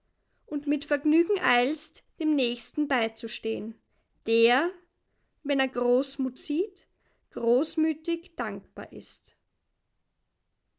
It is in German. und mit vergnügen eilst dem nächsten beizustehen der wenn er großmut sieht großmütig dankbar ist